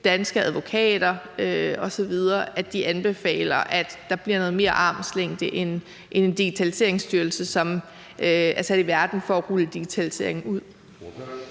Danske Advokater osv. anbefaler, at der bliver noget mere armslængde end i forhold til en Digitaliseringsstyrelse, som er sat i verden for at rulle digitaliseringen ud.